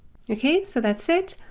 okay? so that's it,